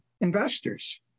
investors